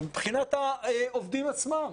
מבחינת העובדים עצמם,